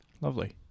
lovely